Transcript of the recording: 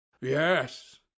yes